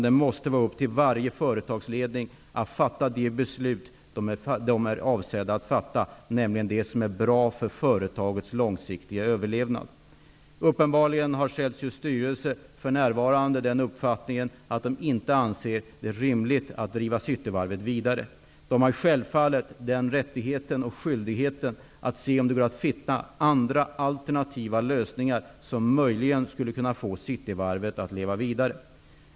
Det måste vara upp till varje företagsledning att fatta de beslut som den är avsedd att fatta, nämligen det som är bra för företagets långsiktiga överlevnad. Uppenbarligen har Celsius styrelse för närvarande uppfattningen att den inte anser det vara rimligt att driva Cityvarvet vidare. Styrelsen har självfallet rättigheten och skyldigheten att se om det går att finna andra alternativa lösningar som möjligen skulle kunna få Cityvarvet att leva vidare.